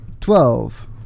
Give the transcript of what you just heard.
Twelve